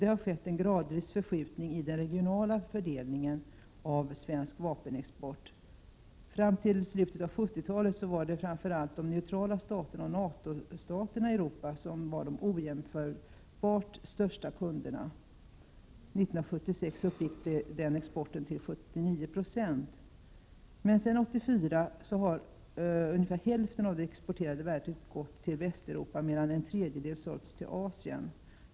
Det har skett en gradvis förskjutning i den regionala fördelningen av svensk vapenexport. Fram till slutet av 1970-talet var det framför allt de neutrala staterna och NATO-länderna i Europa som var de ojämförligt största kunderna. År 1976 gick 79 96 av vapenexporten till dessa länder. Sedan 1984 har ungefär hälften av exporten gått till Västeuropa, medan en tredjedel har sålts till Asien.